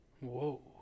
Whoa